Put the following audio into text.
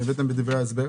שהבאתם בדברי ההסבר?